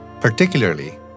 particularly